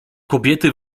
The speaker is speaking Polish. kobiety